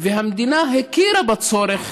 והמדינה הכירה בצורך